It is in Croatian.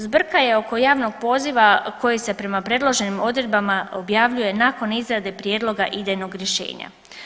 Zbrka je oko javnog poziva koji se prema predloženim odredbama objavljuje nakon izrade prijedloga idejnog rješenja.